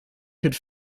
could